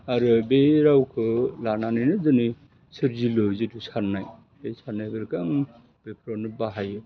आरो बे रावखो लानानैनो दिनै सोरजिलु जितु साननाय बे साननायफोरखो आं बेफोरावनो बाहायो